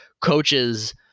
coaches